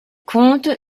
conte